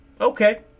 okay